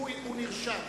הוא נרשם.